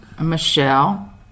Michelle